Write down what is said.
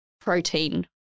protein